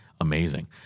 amazing